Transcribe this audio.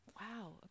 Wow